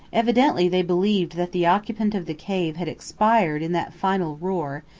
evidently they believed that the occupant of the cave had expired in that final roar,